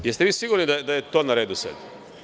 Da li ste vi sigurni da je to na redu sada?